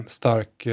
stark